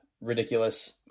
ridiculous